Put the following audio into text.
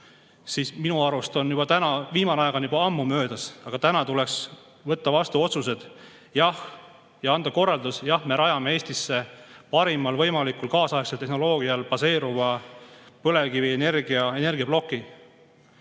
Minu arust on viimane aeg juba ammu möödas, aga täna tuleks otsused vastu võtta ja anda korraldus: jah, me rajame Eestisse parimal võimalikul kaasaegsel tehnoloogial baseeruva põlevkivienergiaploki,